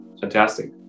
Fantastic